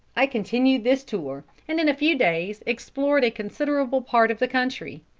i continued this tour, and in a few days explored a considerable part of the country,